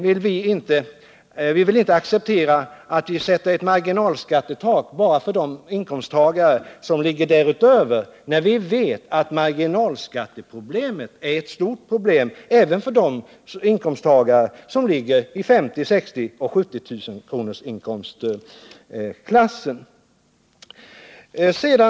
har vi sagt att vi inte accepterar ett sådant bara för de inkomsttagare som ligger därutöver, eftersom vi vet att marginalskatteproblemet är ett stort problem även för de inkomsttagare som ligger i inkomstklasserna 50 000, 60 000 och 70 000 kr.